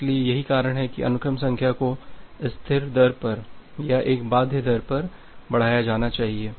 इसलिए यही कारण है कि अनुक्रम संख्या को स्थिर दर पर या एक बाध्य दर पर बढ़ाया जाना चाहिए